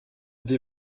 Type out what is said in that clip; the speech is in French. des